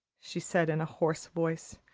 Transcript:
she said, in a hoarse voice.